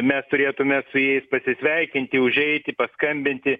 mes turėtume su jais pasisveikinti užeiti paskambinti